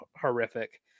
horrific